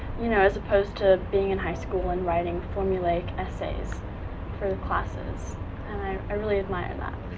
you know, as opposed to being in high school and writing formulaic essays for the classes, and i i really admire that.